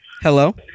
Hello